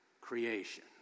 creation